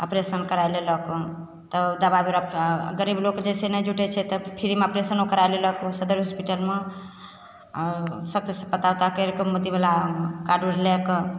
operation करै लेलक तऽ दवाइ बिरा गरीब लोक जइसे नहि जुटै छै तऽ फ्रीमे ऑपरेशनो करै लेलक सदर हॉस्पिटलमे आओर सबतरिसँ पता उता करिके मोदीवला कार्ड उड लैके